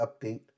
update